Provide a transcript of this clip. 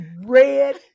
red